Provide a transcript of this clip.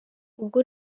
ubwo